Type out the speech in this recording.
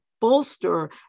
bolster